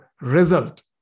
result